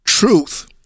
truth